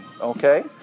okay